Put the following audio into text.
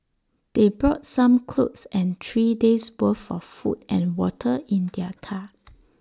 they brought some clothes and three days' worth of food and water in their car